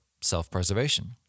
self-preservation